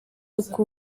uko